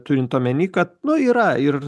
turint omeny kad nu yra ir